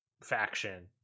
faction